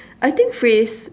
I think phrase